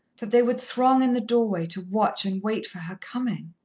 that they would throng in the doorway to watch and wait for her coming?